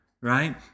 right